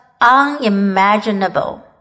unimaginable